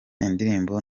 indirimbo